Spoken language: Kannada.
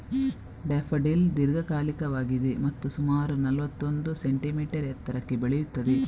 ಡ್ಯಾಫಡಿಲ್ ದೀರ್ಘಕಾಲಿಕವಾಗಿದೆ ಮತ್ತು ಸುಮಾರು ನಲ್ವತ್ತೊಂದು ಸೆಂಟಿಮೀಟರ್ ಎತ್ತರಕ್ಕೆ ಬೆಳೆಯುತ್ತದೆ